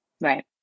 Right